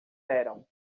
eram